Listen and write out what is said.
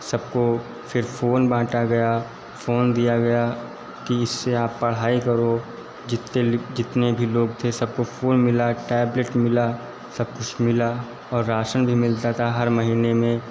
सबको फिर फ़ोन बांटा गया फोन दिया गया कि इससे आप पढ़ाई करो जित्ते लि जितने भी लोग थे सबको फोन मिला टैबलेट मिला सब कुस मिला और राशन भी मिलता था हर महीने में